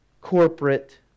corporate